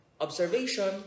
observation